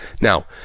Now